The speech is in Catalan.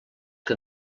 que